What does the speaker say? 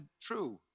true